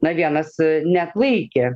na vienas neatlaikė